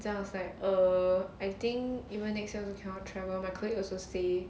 then I was like err I think even next year cannot travel my colleague also say